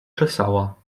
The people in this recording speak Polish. czesała